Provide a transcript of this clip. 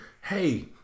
Hey